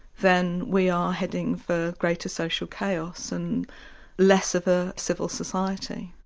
then we are heading for greater social chaos and less of a civil society.